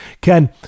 Ken